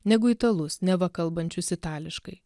negu italus neva kalbančius itališkai